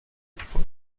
odpor